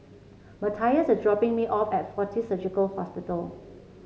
Matthias is dropping me off at Fortis Surgical Hospital